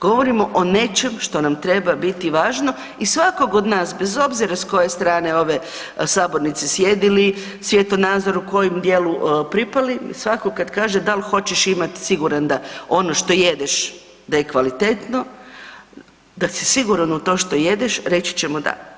Govorimo o nečem što nam treba biti važno i svakog od nas, bez obzira s koje strane ove sabornice sjedili, svjetonazoru kojem djelu pripali, svako kad kaže dal hoćeš imat siguran da ono što jedeš da je kvalitetno, da si siguran u to što jedeš, reći ćemo da.